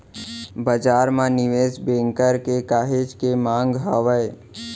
बजार म निवेस बेंकर के काहेच के मांग हावय